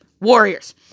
Warriors